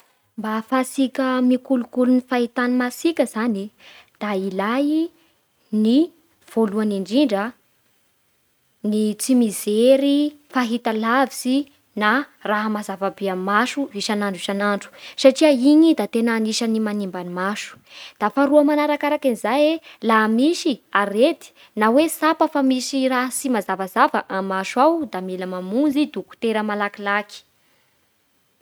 Mba ahafahatsika mikolokolo gne fahitan'ny masitsika zany da ilay ny voalohan'indrindra ny tsy mijery fahitalavitsy na raha mazava be amin'ny maso isan'andro isan'andro satria iny da tena anisagny manimba ny maso. Da faharoa manarakarake zay lahamisys arety na hoe tsapa fa misy raha tsy mazavazava amin'ny maso ao da mila mamonjy dokotera malakilaky.